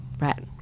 Right